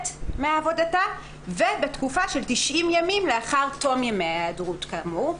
מעבודתה ובתקופה של 90 ימים לאחר תום ימי ההיעדרות כאמור.